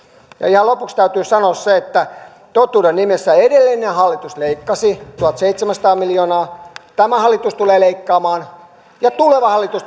ihan lopuksi täytyy sanoa se että totuuden nimessä edellinen hallitus leikkasi tuhatseitsemänsataa miljoonaa tämä hallitus tulee leikkaamaan ja tuleva hallitus